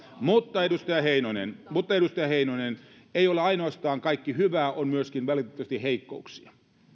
mutta edustaja heinonen ei ole kaikki ainoastaan hyvää on myöskin valitettavasti heikkouksia